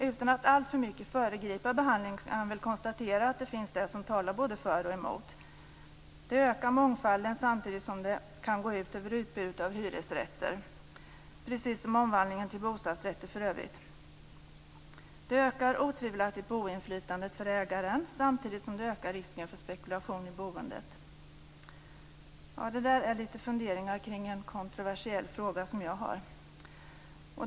Utan att alltför mycket föregripa behandlingen kan jag konstatera att det finns det som talar både för och emot. Det ökar mångfalden samtidigt som det kan gå ut över utbudet av hyresrätter, precis som omvandlingen till bostadsrätter för övrigt. Det ökar otvivelaktigt boinflytandet för ägaren samtidigt som det ökar risken för spekulation i boendet. Detta var mina funderingar kring en kontroversiell fråga.